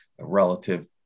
relative